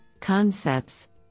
Concepts